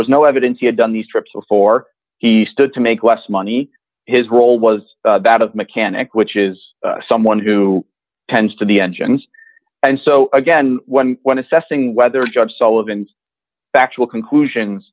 was no evidence he had done these trips before he stood to make less money his role was that of mechanic which is someone who tends to the engines and so again when when assessing whether judge sullivan's factual conclusions